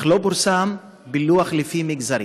אך לא פורסם פילוח לפי מגזרים.